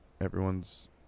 Everyone's